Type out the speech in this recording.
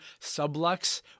sublux